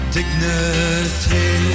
Dignity